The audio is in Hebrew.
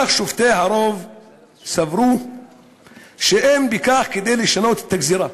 אך שופטי הרוב סברו שאין בכך כדי לשנות את הגזירה.